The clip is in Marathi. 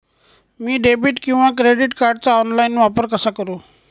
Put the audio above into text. मी डेबिट किंवा क्रेडिट कार्डचा ऑनलाइन वापर कसा करु?